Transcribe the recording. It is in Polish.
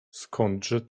skądże